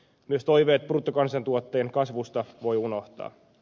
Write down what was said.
myös toiveet bruttokansantuotteen kasvusta voi unohtaa